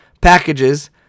packages